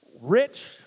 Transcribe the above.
rich